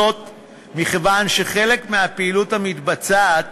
זאת מכיוון שחלק מהפעילות מתבצעת